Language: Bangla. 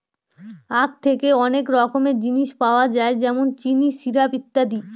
আঁখ থেকে অনেক রকমের জিনিস পাওয়া যায় যেমন চিনি, সিরাপ, ইত্যাদি